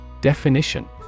Definition